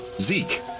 Zeke